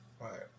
Right